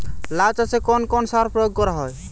লাউ চাষে কোন কোন সার প্রয়োগ করা হয়?